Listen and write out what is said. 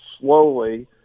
slowly